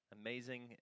Amazing